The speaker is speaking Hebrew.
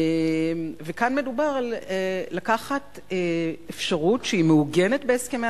וכאן מדובר על לקחת אפשרות שהיא מעוגנת בהסכמי